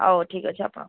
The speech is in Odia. ହଉ ଠିକ୍ ଅଛି ଆପଣ